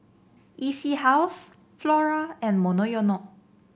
E C House Flora and Monoyono